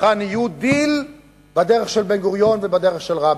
צריכה new deal בדרך של בן-גוריון ובדרך של רבין.